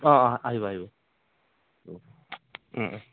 অ' অ' আহিব আহিব